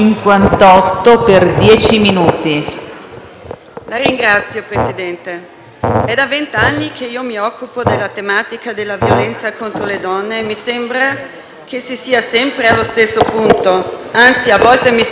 Signor Presidente, è da venti anni che mi occupo della tematica della violenza contro le donne e mi sembra che si sia sempre allo stesso punto; anzi, a volte mi sembra che la violenza contro le donne sia aumentata.